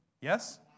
Yes